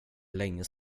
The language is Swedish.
länge